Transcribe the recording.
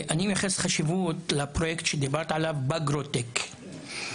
אני מייחס חשיבות לפרויקט שדיברת עליו, בגרות טק.